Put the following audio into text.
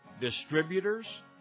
distributors